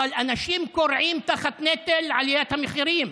אבל אנשים כורעים תחת נטל עליית המחירים.